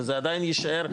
וזה עדיין יישאר,